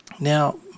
Now